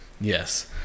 Yes